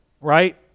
right